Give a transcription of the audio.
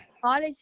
College